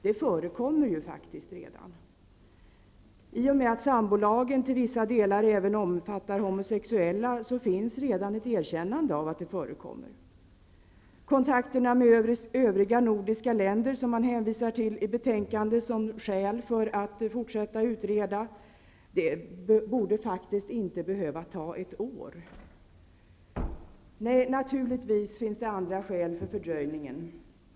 Det förekommer ju faktiskt redan. I och med att sambolagen till vissa delar även omfattar homosexuella finns redan ett erkännande av att sådant förekommer. Man hänvisar i betänkandet till kontakterna med övriga nordiska länder som skäl för att fortsätta att utreda, men det behöver faktiskt inte ta ett år. Nej, naturligtvis finns det andra skäl för fördröjningen.